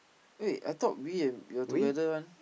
wait I thought we and you're together one